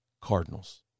Cardinals